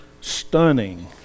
stunning